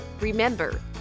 Remember